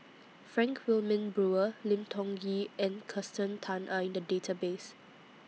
Frank Wilmin Brewer Lim Tiong Ghee and Kirsten Tan Are in The Database